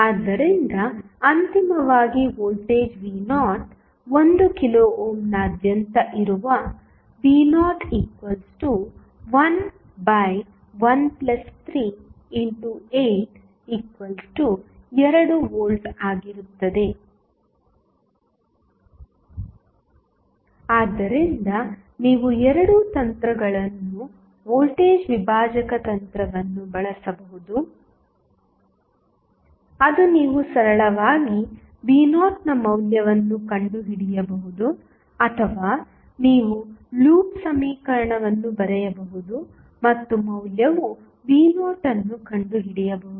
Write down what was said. ಆದ್ದರಿಂದ ಅಂತಿಮವಾಗಿವೋಲ್ಟೇಜ್ v0 1 kilo ಓಮ್ನಾದ್ಯಂತ ಇರುವ v011382V ಆಗಿರುತ್ತದೆ ಆದ್ದರಿಂದ ನೀವು ಎರಡೂ ತಂತ್ರಗಳನ್ನು ವೋಲ್ಟೇಜ್ ವಿಭಾಜಕ ತಂತ್ರವನ್ನು ಬಳಸಬಹುದು ಅದು ನೀವು ಸರಳವಾಗಿ v0 ನ ಮೌಲ್ಯವನ್ನು ಕಂಡುಹಿಡಿಯಬಹುದು ಅಥವಾ ನೀವು ಲೂಪ್ ಸಮೀಕರಣವನ್ನು ಬರೆಯಬಹುದು ಮತ್ತು ಮೌಲ್ಯವು v0 ಅನ್ನು ಕಂಡುಹಿಡಿಯಬಹುದು